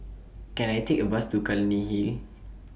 Can I Take A Bus to Clunny Hill